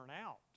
out